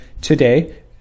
today